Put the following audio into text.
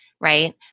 Right